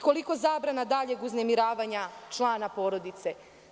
Koliko zabrana daljeg uznemiravanja člana porodice?